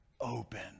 open